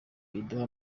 iduha